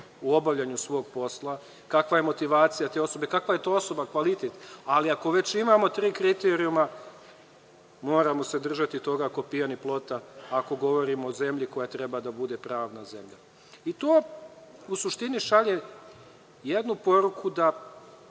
u obavljanju svog posla, kakva je motivacija te osobe, kakav je kvalitet te osobe, ali ako već imamo tri kriterijuma, moramo se držati toga kao pijani plota, ako govorimo o zemlji koja treba da bude pravna zemlja. To u suštini šalje jednu poruku da